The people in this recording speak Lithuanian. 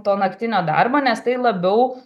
to naktinio darbo nes tai labiau